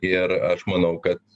ir aš manau kad